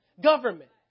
Government